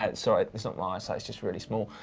and sorry, it's not my eyesight, it's just really small.